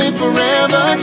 forever